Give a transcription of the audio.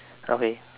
okay